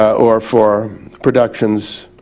or for productions.